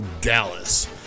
Dallas